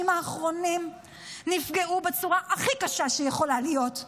האחרונים נפגעו בצורה הכי קשה שיכולה להיות,